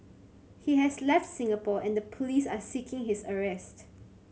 he has left Singapore and the police are seeking his arrest